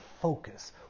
focus